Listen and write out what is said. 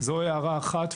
זו הערה אחת.